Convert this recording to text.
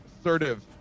assertive